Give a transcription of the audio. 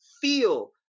feel